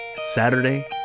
Saturday